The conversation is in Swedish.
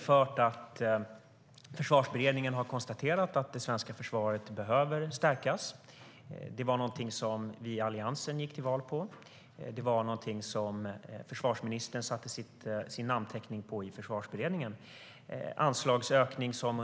Försvarsberedningen har konstaterat att det svenska försvaret behöver stärkas. Det gick vi i Alliansen till val på, och det satte försvarsministern sin namnteckning på i Försvarsberedningen.